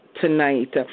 tonight